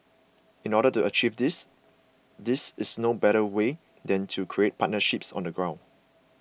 in order to achieve this these is no better way than to create partnerships on the ground